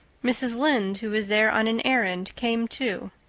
mrs. lynde, who was there on an errand, came too.